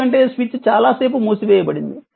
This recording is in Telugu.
ఎందుకంటే స్విచ్ చాలా సేపు మూసివేయబడింది